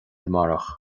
amárach